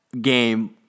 game